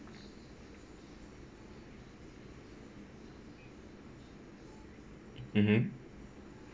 mmhmm